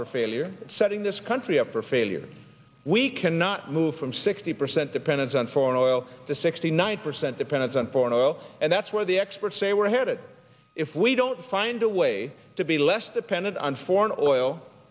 for failure setting this country up for failure we cannot move from sixty percent dependence on foreign oil to sixty nine percent dependence on foreign oil and that's where the experts say we're headed if we don't find a way to be less dependent on foreign oil